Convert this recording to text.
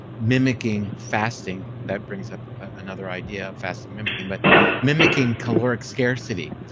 mimicking fasting, that brings up another idea, fasting mimicking, but mimicking caloric scarcity.